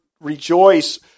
rejoice